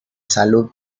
salud